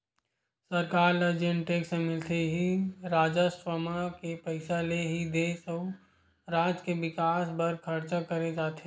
सरकार ल जेन टेक्स मिलथे इही राजस्व म के पइसा ले ही देस अउ राज के बिकास बर खरचा करे जाथे